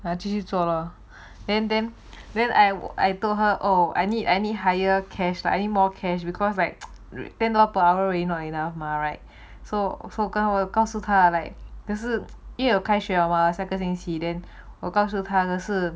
啊继续做了 then then then I I told her oh I need I need higher cash lah any more cash because like ten dollar per hour really not enough mah right so so 看我告诉他 like 就是又开学了吗下个星期 then 我告诉他这是